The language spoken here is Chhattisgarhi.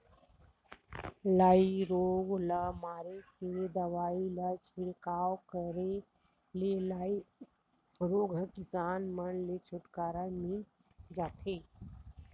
लाई रोग ल मारे के दवई ल छिड़काव करे ले लाई रोग ह किसान मन ले छुटकारा मिल जथे